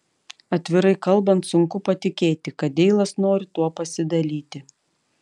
atvirai kalbant sunku patikėti kad deilas nori tuo pasidalyti